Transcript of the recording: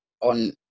on